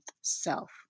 self